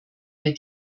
der